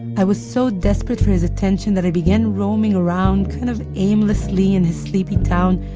i was so desperate for his attention, that i began roaming around, kind of aimlessly, in his sleepy town,